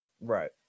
Right